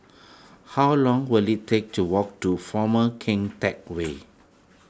how long will it take to walk to former Keng Teck Whay